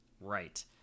Right